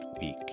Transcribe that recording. week